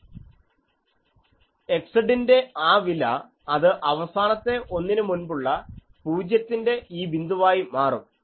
xz ന്റെ ആ വില അത് അവസാനത്തെ ഒന്നിന് മുൻപുള്ള 0 ത്തിന്റെ ഈ ബിന്ദുവായി മാറും